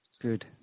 Good